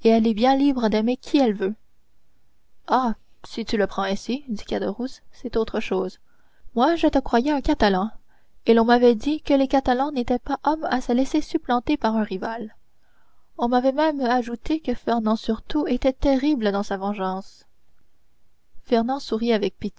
est bien libre d'aimer qui elle veut ah si tu le prends ainsi dit caderousse c'est autre chose moi je te croyais un catalan et l'on m'avait dit que les catalans n'étaient pas hommes à se laisser supplanter par un rival on avait même ajouté que fernand surtout était terrible dans sa vengeance fernand sourit avec